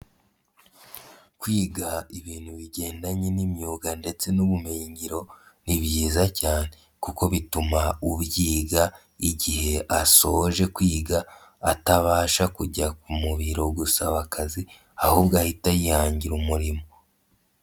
Kwiga ibintu bigendanye n'imyuga ndetse n'ubumenyingiro ni byiza cyane kuko bituma ubyiga igihe ashoje kwiga, atabasha kujya muro gusaba akazi ahubwo ahita yihangira umurimo.